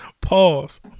Pause